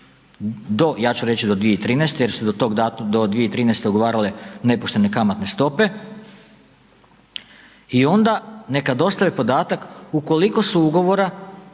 do, ja ću reći do 2013. jer su do tog datuma, do 2013. ugovarale nepoštene kamatne stope i onda neka dostave podatak u koliko su ugovora,